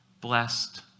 blessed